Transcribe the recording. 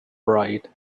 bright